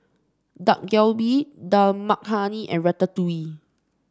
Dak Galbi Dal Makhani and Ratatouille